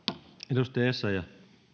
arvoisa